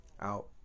out